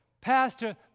Pastor